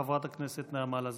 חברת הכנסת נעמה לזימי.